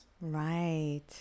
Right